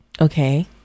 Okay